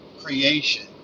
Creation